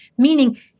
Meaning